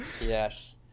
yes